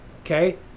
Okay